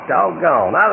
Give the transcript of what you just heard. Doggone